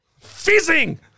Fizzing